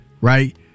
right